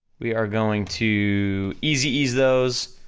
we are going to easy ease those,